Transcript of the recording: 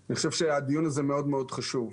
אני חושב שהדיון הזה חשוב מאוד.